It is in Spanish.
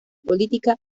política